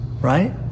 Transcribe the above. right